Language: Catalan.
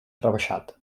rebaixat